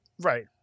Right